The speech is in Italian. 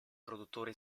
produttore